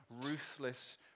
ruthless